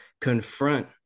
confront